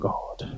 God